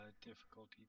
difficulty